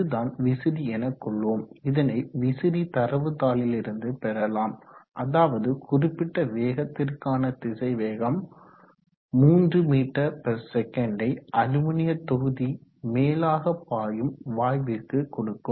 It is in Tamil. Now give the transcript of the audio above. இதுதான் விசிறி எனக்கொள்வோம் இதனை விசிறி தரவு நாளிலிருந்து பெறலாம் அதாவது குறிப்பிட்ட வேகத்திற்கான திசைவேகம் 3msec யை அலுமினிய தொகுதி மேலாக பாயும் வாயுவிற்கு கொடுக்கும்